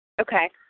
Okay